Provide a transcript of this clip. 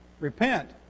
repent